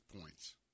points